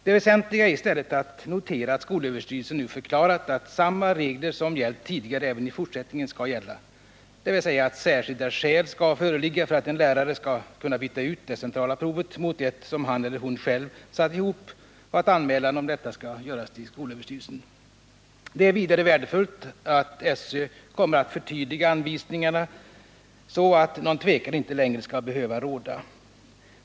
Det väsentliga är i stället att notera att skolöverstyrelsen nu förklarat att samma regler som gällt tidigare även skall gälla i fortsättningen, dvs. att särskilda skäl skall föreligga för att en lärare skall kunna byta ut det centrala provet mot ett som han eller hon själv satt ihop och att anmälan om detta skall göras till skolöverstyrelsen. Det är vidare värdefullt att SÖ kommer att förtydliga anvisningarna så att något tvivel inte längre skall behöva råda.